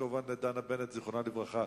כמובן, על דנה בנט, זיכרונה לברכה.